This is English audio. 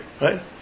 right